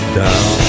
down